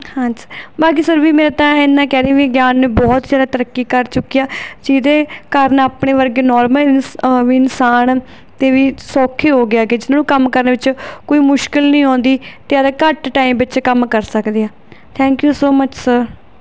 ਹਾਂਜੀ ਬਾਕੀ ਸਰ ਵੀ ਮੈਂ ਤਾਂ ਇੰਨਾ ਕਹਿ ਰਹੀ ਵਿਗਿਆਨ ਨੇ ਬਹੁਤ ਜ਼ਿਆਦਾ ਤਰੱਕੀ ਕਰ ਚੁੱਕੀ ਆ ਜਿਹਦੇ ਕਾਰਨ ਆਪਣੇ ਵਰਗੇ ਨੋਰਮਲ ਇਨ ਵੀ ਇਨਸਾਨ ਤੋਂ ਵੀ ਸੌਖਾ ਹੋ ਗਿਆ ਕਿ ਜਿਹਨਾਂ ਨੂੰ ਕੰਮ ਕਰਨ ਵਿੱਚ ਕੋਈ ਮੁਸ਼ਕਿਲ ਨਹੀਂ ਆਉਂਦੀ ਅਤੇ ਆਪਦਾ ਘੱਟ ਟਾਈਮ ਵਿੱਚ ਕੰਮ ਕਰ ਸਕਦੇ ਆ thank you so much sir